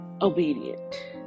obedient